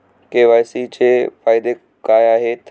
KYC चे फायदे काय आहेत?